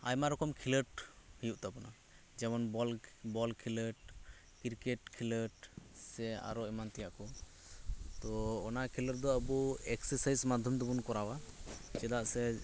ᱟᱭᱢᱟ ᱨᱚᱠᱚᱢ ᱠᱷᱮᱞᱳᱸᱰ ᱦᱩᱭᱩᱜ ᱛᱟᱵᱚᱱᱟ ᱡᱮᱢᱚᱱᱵᱚᱞ ᱵᱚᱞ ᱠᱷᱮᱞᱳᱰ ᱠᱨᱤᱠᱮᱴ ᱠᱷᱮᱞᱳᱰ ᱥᱮ ᱟᱨᱚ ᱮᱢᱟᱱ ᱛᱮᱭᱟᱜ ᱠᱚ ᱛᱚ ᱚᱱᱟ ᱠᱷᱮᱞᱳᱰ ᱫᱚ ᱟᱵᱚ ᱮᱠᱥᱮᱥᱟᱭᱤᱡᱽ ᱢᱟᱫᱽᱫᱷᱚᱢ ᱛᱮᱵᱚᱱ ᱠᱚᱨᱟᱣᱟ ᱪᱮᱫᱟᱜ ᱥᱮ